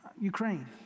Ukraine